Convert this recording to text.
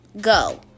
go